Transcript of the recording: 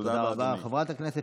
תודה רבה, אדוני.